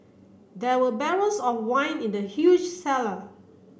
there were barrels of wine in the huge cellar